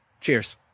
Cheers